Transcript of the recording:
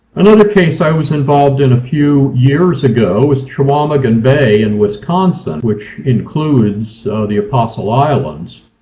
another case i was involved in a few years ago is chequamegon bay in wisconsin which includes the apostle islands.